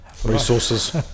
resources